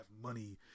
money